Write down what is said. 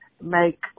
make